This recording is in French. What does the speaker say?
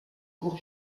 court